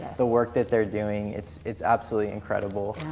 the work that they're doing. it's it's absolutely incredible.